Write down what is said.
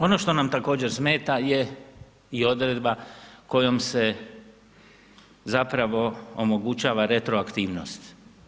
Ono što nam također smeta je i odredba, kojom se zapravo omogućava retroaktivnost.